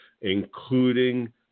including